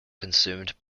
consumed